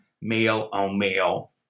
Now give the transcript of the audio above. male-on-male